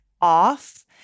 off